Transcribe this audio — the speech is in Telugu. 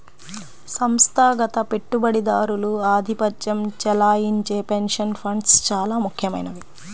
సంస్థాగత పెట్టుబడిదారులు ఆధిపత్యం చెలాయించే పెన్షన్ ఫండ్స్ చాలా ముఖ్యమైనవి